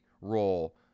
role